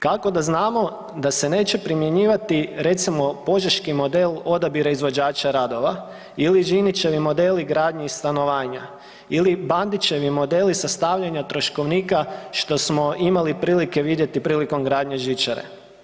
Kako da znamo da se neće primjenjivati recimo požeški model odabira izvođača radova ili Žinićevi modeli gradnje i stanovanja ili Bandićevi modeli sastavljanja troškovnika što smo imali prilike vidjeti prilikom gradnje žičare?